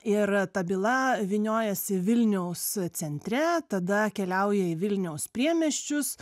ir ta byla vyniojasi vilniaus centre tada keliauja į vilniaus priemiesčius